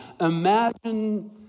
Imagine